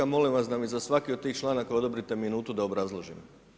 Molim vas da mi za svaki od tih članaka odobrite minutu da obrazložim.